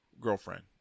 Girlfriend